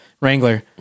Wrangler